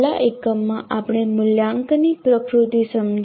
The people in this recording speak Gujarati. છેલ્લા એકમમાં આપણે મૂલ્યાંકનની પ્રકૃતિ સમજી